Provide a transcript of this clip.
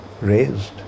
raised